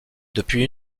depuis